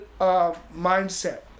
mindset